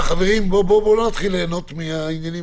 תגבשו סופית ותבואו עם נוסח לאחר ששמעתם את ההערות הנכונות והבונות.